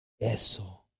Eso